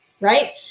right